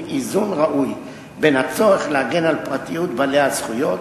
איזון ראוי בין הצורך להגן על פרטיות בעלי הזכויות